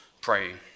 praying